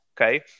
okay